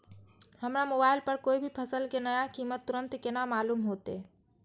हमरा मोबाइल पर कोई भी फसल के नया कीमत तुरंत केना मालूम होते?